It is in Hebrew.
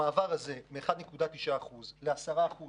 המעבר הזה מ-1.9% ל-10%